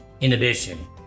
inhibition